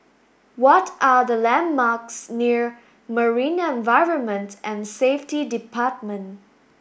what are the landmarks near Marine Environment and Safety Department